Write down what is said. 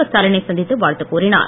ஸ்டாலினை சந்தித்து வாழ்த்து கூறினார்